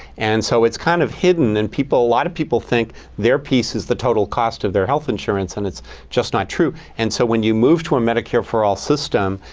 and so it's kind of hidden, and a lot of people think their piece is the total cost of their health insurance, and it's just not true. and so when you move to a medicare for all system,